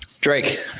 Drake